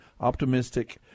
optimistic